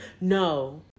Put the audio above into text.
No